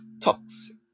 toxic